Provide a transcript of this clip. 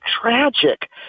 tragic